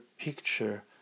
picture